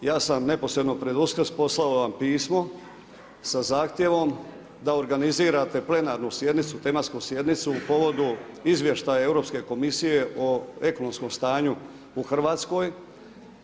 Ja sam neposredno pred Uskrs poslao vam pismo sa zahtjevom da organizirate plenarnu sjednicu, tematsku sjednicu u povodu Izvještaja Europske komisije o ekonomskom stanju u RH.